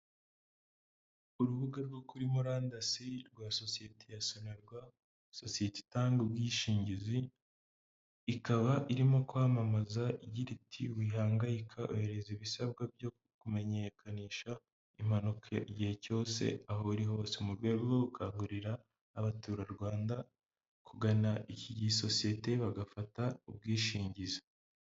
Urubuga rwo kuri murandasi rwa sosiyete ya Sonarwa, sosiyete itanga ubwishingizi. Ikaba irimo kwamamaza igira iti, wihangayika ohereza ibisabwa byo kumenyekanisha impanuka igihe cyose, aho uri hose. Mu rwego rwo gukangurira abaturarwanda kugana iki gisosiyete bagafata ubwishingizi.